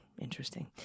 interesting